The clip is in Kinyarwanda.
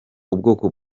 ubwoko